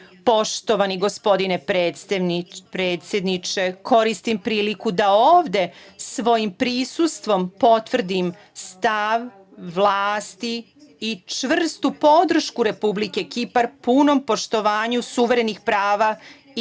godine. Poštovani gospodine predsedniče, koristim priliku da ovde svojim prisustvom potvrdim stav vlasti i čvrstu podršku Republike Kipar punom poštovanju suverenih prava i